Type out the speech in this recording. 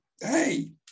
Hey